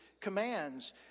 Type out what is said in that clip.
commands